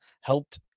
helped